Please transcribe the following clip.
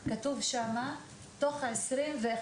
ארגוני הפשיעה הכינו רשימה, כתבו שם 160 אנשים.